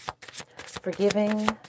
Forgiving